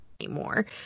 anymore